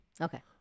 Okay